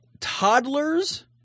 toddlers